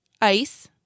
ice